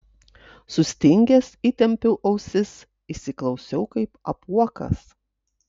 sustingęs įtempiau ausis įsiklausiau kaip apuokas